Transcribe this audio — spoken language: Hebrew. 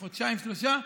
חודשיים-שלושה,